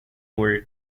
were